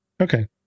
Okay